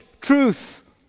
truth